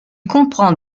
comprend